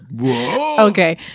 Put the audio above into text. okay